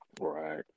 Right